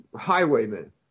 highwaymen